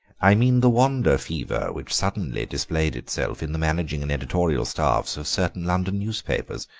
i mean the wander fever which suddenly displayed itself in the managing and editorial staffs of certain london newspapers.